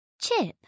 Chip